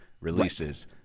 releases